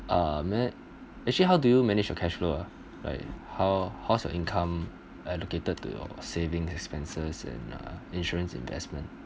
um man actually how do you manage your cash flow ah like how how's your income allocated to your savings expenses and uh insurance investment